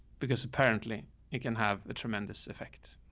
because apparently it can have a tremendous effect.